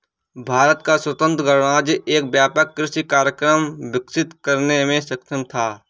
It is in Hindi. भारत का स्वतंत्र गणराज्य एक व्यापक कृषि कार्यक्रम विकसित करने में सक्षम था